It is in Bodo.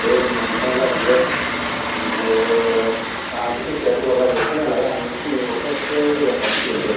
दे होमबा नोंथां जागोन दे आङो आंहाबो फैसाया जगार जाजोबाखै नालाय आं स्नि हप्तासोआव जगार खालामसिगोन दे